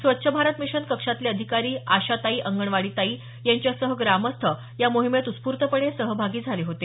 स्वच्छ भारत मिशन कक्षातले अधिकारी आशाताई अंगणवाडी ताई यांच्यासह ग्रामस्थ या मोहिमेत उत्स्फूर्तपणे सहभागी झाले होते